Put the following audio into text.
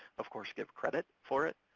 of course, give credit for it.